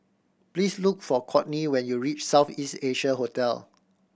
please look for Courtney when you reach South East Asia Hotel